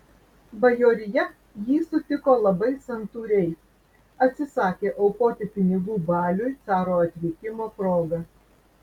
bajorija jį sutiko labai santūriai atsisakė aukoti pinigų baliui caro atvykimo proga